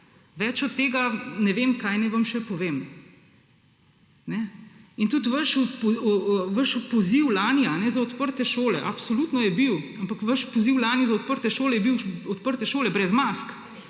Več od tega ne vem, kaj naj vam še povem. In tudi vaš poziv lani za odprte šole, absolutno je bil, ampak vaš poziv lani za odprte šole je bil, odprte šole brez mask.